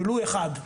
ולו אחד.